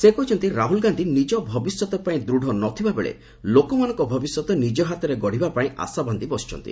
ସେ କହିଛନ୍ତି ରାହୁଲ ଗାନ୍ଧି ନିଜ ଭବିଷ୍ୟତ ପାଇଁ ଦୂତ୍ ନଥିଲାବେଳେ ଲୋକମାନଙ୍କ ଭବିଷ୍ୟତ ନିଜ ହାତରେ ଗଡ଼ିବା ପାଇଁ ଆଶାବାନ୍ଧି ବସିଛନ୍ତି